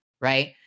Right